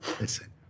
Listen